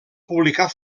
publicar